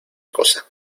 cosa